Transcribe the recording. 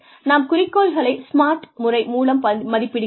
நாம் குறிக்கோள்களை 'SMART' முறை மூலம் மதிப்பிடுகிறோம்